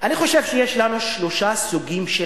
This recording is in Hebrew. אני חושב שיש לנו שלושה סוגים של